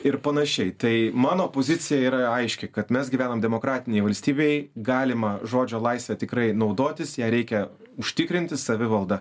ir panašiai tai mano pozicija yra aiški kad mes gyvenam demokratinėj valstybėj galima žodžio laisve tikrai naudotis ją reikia užtikrinti savivalda